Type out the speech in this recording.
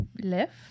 left